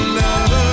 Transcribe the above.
love